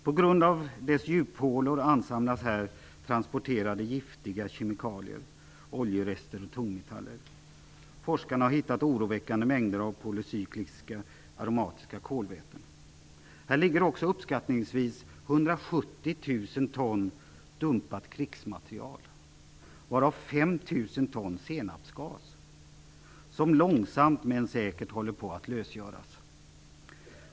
På grund av dess djuphålor ansamlas här transporterade giftiga kemikalier, oljerester och tungmetaller. Forskarna har hittat oroväckande mängder av polycykliska aromatiska kolväten. Här ligger också uppskattningsvis 170 000 ton dumpat krigsmateriel, varav 5 000 ton senapsgas, som långsamt men säkert håller på att lösgöras.